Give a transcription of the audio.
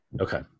okay